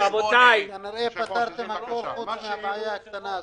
כנראה פתרתם הכול חוץ מהבעיה הקטנה הזאת.